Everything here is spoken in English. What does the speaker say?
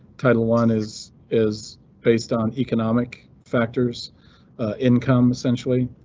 title one is is based on economic factors income essentially,